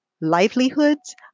livelihoods